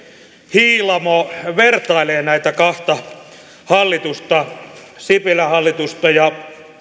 hiilamo vertailee näitä kahta hallitusta sipilän hallitusta ja